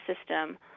system